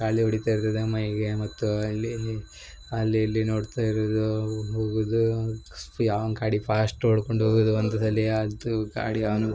ಗಾಳಿ ಹೊಡಿತಾ ಇರ್ತದೆ ಮೈಗೆ ಮತ್ತು ಅಲ್ಲಿ ಅಲ್ಲಿ ಇಲ್ಲಿ ನೋಡ್ತಾ ಇರುವುದು ಹೋಗುದ್ ಫಿಯಾಂಗ್ ಗಾಡಿ ಫಾಸ್ಟ್ ಹೊಡ್ಕೊಂಡ್ ಹೋಗುದು ಒಂದೇ ಸಲ ಅದು ಗಾಡಿ ಅವನು